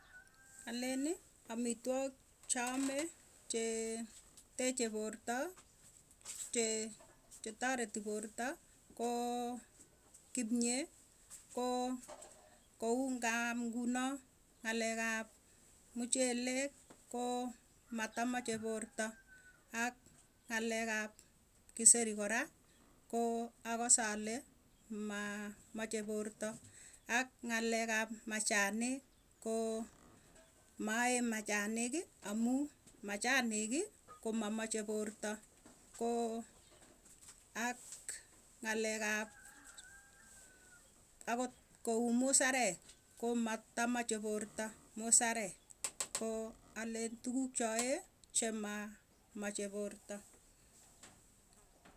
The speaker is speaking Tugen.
Aleni amitwok chaame chee teche porta chee chetareti porta, koo kimye koo kou ngaam ngunoo ng'alek ap muchelek koo matamache porta. Ak ng'alek ap kiseri kora koo akase ale maa mache porta ak ng'alek ap machanik koo, maee machaniki amuu machaniki komamache porta. Koo ak ng'alek ap akot kou musarek ko matamache porta, musarek koo alen tukukchae chemaamache porto.